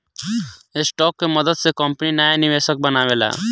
stock के मदद से कंपनी नाया निवेशक बनावेला